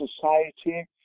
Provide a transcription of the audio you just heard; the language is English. society